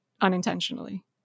unintentionally